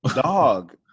dog